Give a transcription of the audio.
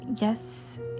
yes